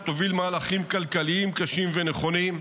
שתוביל מהלכים כלכליים קשים ונכונים,